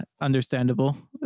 Understandable